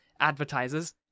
advertisers